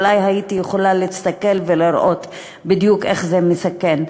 אולי הייתי יכולה להסתכל ולראות בדיוק איך זה מסכן.